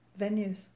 venues